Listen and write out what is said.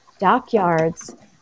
dockyards